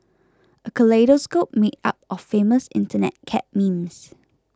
a kaleidoscope made up of famous Internet cat memes